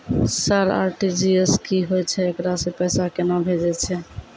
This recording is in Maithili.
सर आर.टी.जी.एस की होय छै, एकरा से पैसा केना भेजै छै?